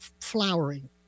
flowering